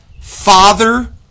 Father